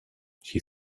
she